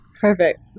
Perfect